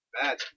bad